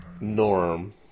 norm